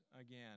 Again